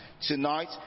tonight